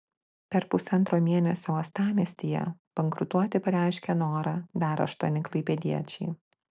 per pusantro mėnesio uostamiestyje bankrutuoti pareiškė norą dar aštuoni klaipėdiečiai